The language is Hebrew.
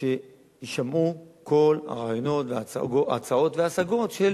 שיישמעו כל הרעיונות, ההצעות וההשגות של